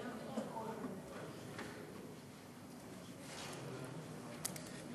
ההצעה להעביר את הנושא לוועדת הפנים